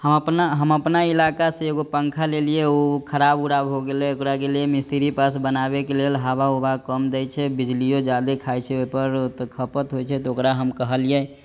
हम अपना हम अपना ईलाका से एगो पन्खा लेलियै ऊ खराब ऊराब हो गेलै ओकरा गेलियै मिस्त्री पास बनाबे के लेल हवा ऊबा कम दै छै बिजलीयो जादे खाइ छै ओइपर त खपत होइ छै त ओकरा हम कहलियै